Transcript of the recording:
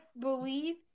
believe